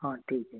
हाँ ठीक है